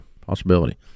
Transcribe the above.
possibility